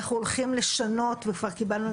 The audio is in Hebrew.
אנחנו הולכים לשנות וכבר קיבלנו על